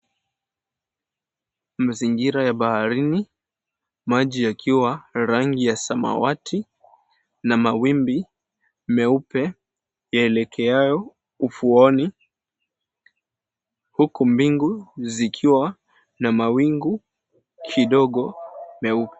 Mazingira ya baharini maji yakiwa rangi ya samawati na mawimbi meupe yaelekeyao ufuoni huku mbingu zikiwa na mawingu kidogo mweupe.